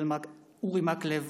אורי מקלב,